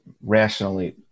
rationally